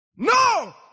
No